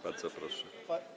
Bardzo proszę.